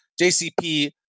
JCP